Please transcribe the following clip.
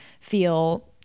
feel